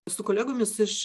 su kolegomis iš